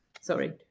Sorry